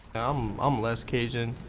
i'm less cajun,